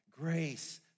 Grace